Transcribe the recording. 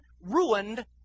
ruined